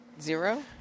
Zero